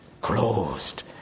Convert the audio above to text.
Closed